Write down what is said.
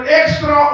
extra